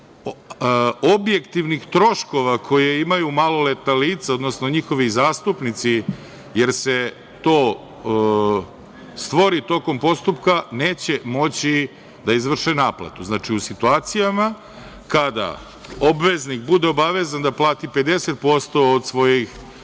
objektivnih troškova koje imaju maloletna lica, odnosno njihovi zastupnici, jer se to stvori tokom postupka, neće moći da izvrše naplatu. Znači, u situacijama kada obveznik bude obavezan da plati 50% od svojih